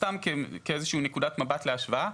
סתם כאיזושהי נקודת מבט להשוואה.